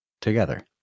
together